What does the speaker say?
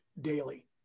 daily